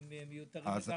שהם מיותרים.